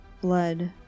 blood